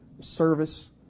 service